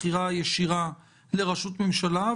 בחירה ישירה לראשות ממשלה,